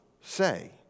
say